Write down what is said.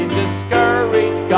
discouraged